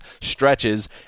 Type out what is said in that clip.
stretches